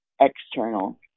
external